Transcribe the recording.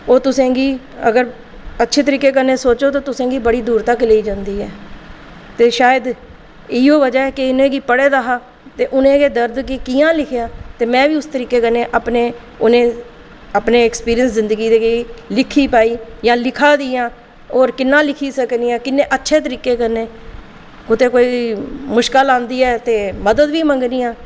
ओह् तुसेंगी अगर अच्छे तरीके कन्नै सोचो ते तुसेंगी बड़े दूर तक्क लेई जंदी ऐ ते शायद इ'यै बजह ही कि में इ'नेंगी पढ़े दा हा ते उ'नें दरद गी कि'यां लिखेआ ते में बी उस तरीके कन्नै अपने एक्सपीरियंस जिंदगी दे लिखी पाई जां लिखा दी आं होर किन्ना लिखी सकदी आं होर अच्छे तरीके कन्नै कुतै कोई मुश्कल आंदी ऐ ते मदद बी मंगनीं आं